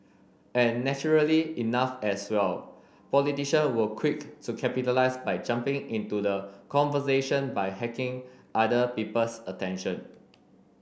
and naturally enough as well politician were quick to capitalise by jumping into the conversation by hacking other people's attention